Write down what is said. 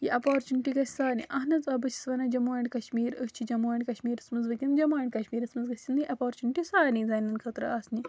یہِ اپرچونٹی گژھہِ سارنٕے اہن حظ آ بہٕ چھیٚس وَنان جموں اینٛڈ کشمیٖر أسۍ چھِ جموں اینٛڈ کشیٖرَس منٛز وُنٛکیٚن جموٗں اینٛڈ کشیٖرَس منٛز گژھیٚن یہِ اپرچونٹی سارنٕے زنیٚن خٲطرٕ آسنہِ